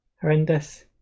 horrendous